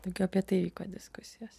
daugiau apie tai vyko diskusijos